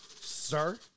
Sir